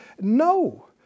No